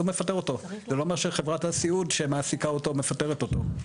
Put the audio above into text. מפטר אותו; זה לא אומר שחברת הסיעוד שמעסיקה אותו מפטרת אותו.